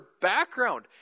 background